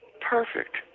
perfect